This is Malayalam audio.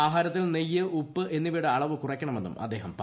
ആഹാരത്തിൽ നെയ്യ് ഉപ്പ് എന്നിവയുടെ അളവ് കുമയ്ക്കണമെന്നും അദ്ദേഹം പറഞ്ഞു